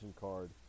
card